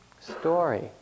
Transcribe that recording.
story